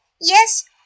Yes